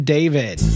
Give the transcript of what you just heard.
David